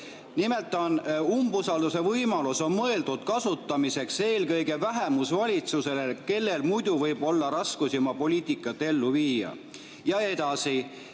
nimelt on umbusalduse võimalus mõeldud kasutamiseks eelkõige vähemusvalitsusele, kellel muidu võib olla raskusi oma poliitikat ellu viia.